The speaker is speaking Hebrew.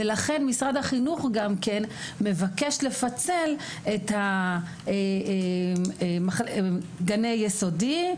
לכן משרד החינוך מבקש לפצל את גני היסודי: